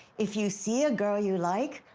if you see a girl you like,